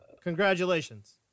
Congratulations